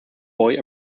boy